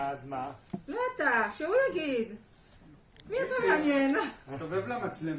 מה שאמרתי בהתחלה, אני לא מתמסכן,